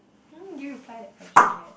when do you reply that question yet